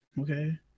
okay